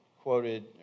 quoted